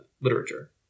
literature